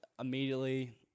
Immediately